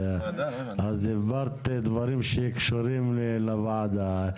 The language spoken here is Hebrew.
את דיברת דברים שקשורים לוועדה,